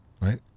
right